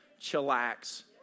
chillax